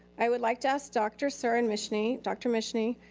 i would like to ask dr. sarah and mischney, dr. mischney,